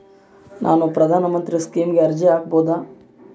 ನಾನು ಪ್ರಧಾನ ಮಂತ್ರಿ ಸ್ಕೇಮಿಗೆ ಅರ್ಜಿ ಹಾಕಬಹುದಾ?